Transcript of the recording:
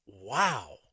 Wow